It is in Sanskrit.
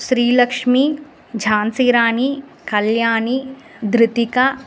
श्रीलक्ष्मी झान्सीरानी कल्याणी दृतिका